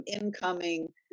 incoming